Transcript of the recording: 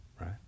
right